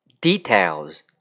Details